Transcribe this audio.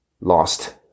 lost